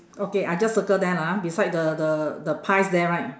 okay I just circle there lah ah beside the the the pies there right